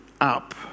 up